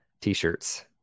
T-shirts